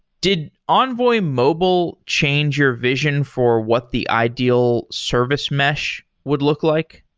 did envoy mobile change your vision for what the ideal service mesh would look like?